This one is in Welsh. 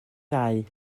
ddau